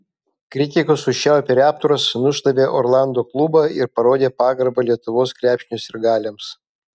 kritikus užčiaupę raptors nušlavė orlando klubą ir parodė pagarbą lietuvos krepšinio sirgaliams